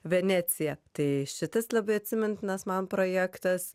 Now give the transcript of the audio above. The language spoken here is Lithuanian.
venecija tai šitas labai atsimintinas man projektas